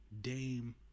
Dame